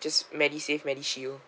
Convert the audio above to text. just medisave medishield